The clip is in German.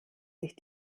sich